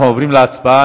אנחנו עוברים להצבעה.